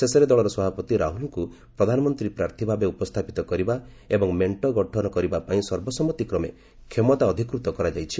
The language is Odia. ଶେଷରେ ଦଳର ସଭାପତି ରାହୁଳଙ୍କୁ ପ୍ରଧାନମନ୍ତ୍ରୀ ପ୍ରାର୍ଥୀ ଭାବେ ଉପସ୍ଥାପିତ କରିବା ଏବଂ ମେଣ୍ଟ ଗଠନ କରିବା ପାଇଁ ସର୍ବସମ୍ମତି କ୍ରମେ ଅଧିକୃତ କରାଯାଇଛି